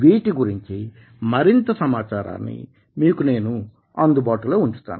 వీటి గురించి మరింత సమాచారాన్ని మీకు నేను అందుబాటులో ఉంచుతాను